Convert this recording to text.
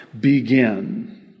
begin